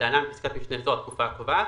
(להלן בפסקת משנה זו התקופה הקובעת),